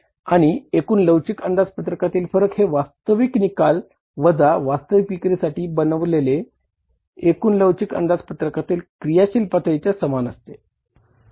आणि एकूण लवचिक अंदाजपत्रकातील फरक हे वास्तविक निकाल वजा वास्तविक विक्रीसाठी बनवलेले एकूण लवचिक अंदाजपत्रकातील क्रियाशील पातळीच्या समान असते